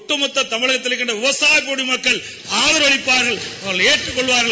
ஒட்டுமொத்த தமிழகத்திலே இருக்கின்ற விவசாய குடிமக்கள் ஆதரவளிப்பார்கள் இதனை ஏற்றுக் கொள்வார்கள்